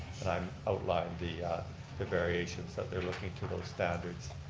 and i'm outlying the the variations that they're looking to those standards.